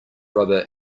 rubber